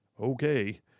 Okay